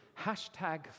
hashtag